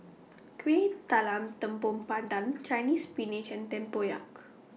Kueh Talam Tepong Pandan Chinese Spinach and Tempoyak